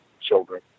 children